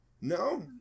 No